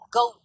go